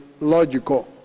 logical